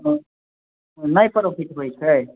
नहि नहि प्रॉफिट होइ छै